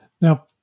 Now